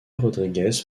rodriguez